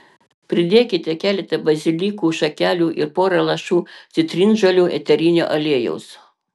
pridėkite keletą bazilikų šakelių ir pora lašų citrinžolių eterinio aliejaus